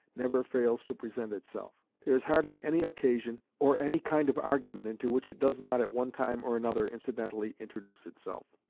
never fails to present itself. there is hardly any occasion or any kind of argument into which it does not at one time or another incidentally introduce itself.